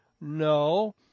No